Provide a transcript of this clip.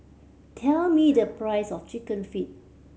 tell me the price of Chicken Feet